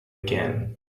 again